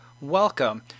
welcome